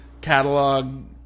catalog